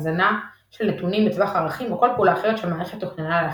הזנה של נתונים בטווח ערכים או כל פעולה אחרת שהמערכת תוכננה להכיל.